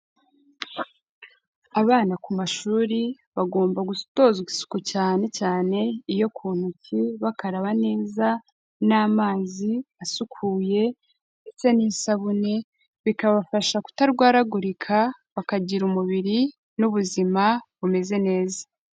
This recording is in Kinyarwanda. Abana ku mashuri, bagomba gutozwa isuku cyane cyane iyo ku ntoki, bakaraba neza n'amazi asukuye ndetse n'isabune, bikabafasha kutarwaragurika bakagira umubiri n'ubuzima bumeze neza.